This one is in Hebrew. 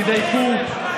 תדייקו.